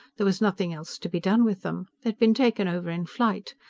there was nothing else to be done with them. they'd been taken over in flight.